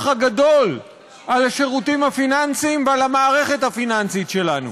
הגדול על השירותים הפיננסיים ועל המערכת הפיננסית שלנו.